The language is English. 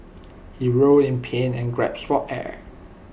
he roll in pain and for air